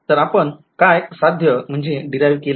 तर आपण काय साध्य केले